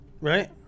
right